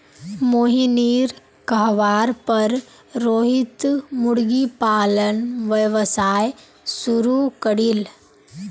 मोहिनीर कहवार पर रोहित मुर्गी पालन व्यवसाय शुरू करील